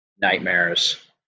nightmares